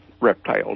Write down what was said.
reptiles